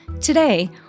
Today